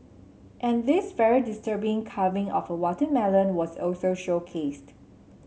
and this very disturbing carving of a watermelon was also showcased